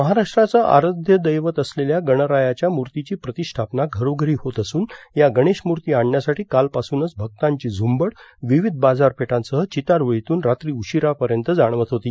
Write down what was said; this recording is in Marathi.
महाराष्ट्राचं आराध्य दैवत असलेल्या गणरायाच्या मुर्तिची प्रतिष्ठापना घरोघरी होत असून या गणेशमुर्ती आणण्यासाठी कालपासूनच भक्तांची झ्रंबड विविध बाजारपेठांसह चितारओळीतून रात्री उशिरापर्यंत जाणवत होती